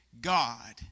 God